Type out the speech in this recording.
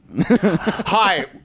Hi